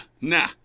Nah